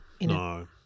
No